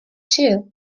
too